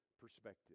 perspective